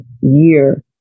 year